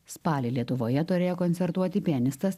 spalį lietuvoje turėjo koncertuoti pianistas